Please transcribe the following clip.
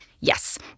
yes